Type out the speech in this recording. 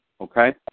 okay